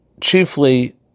Chiefly